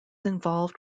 involved